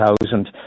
thousand